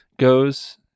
goes